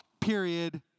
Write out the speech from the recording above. Period